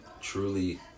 truly